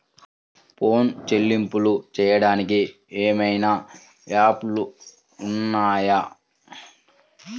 Phone చెల్లింపులు చెయ్యటానికి ఏవైనా యాప్లు ఉన్నాయా?